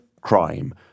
crime